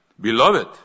beloved